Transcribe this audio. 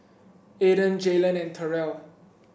Aidyn Jaylen and Terell